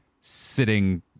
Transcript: sitting